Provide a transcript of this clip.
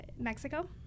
Mexico